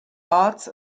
arts